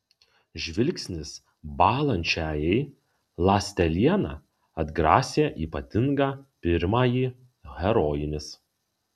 žvilgsnis bąlančiajai ląsteliena atgrasė ypatingą pirmąjį herojinis